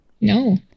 No